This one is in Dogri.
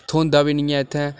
थ्होंदा बी नेईं ऐ इत्थै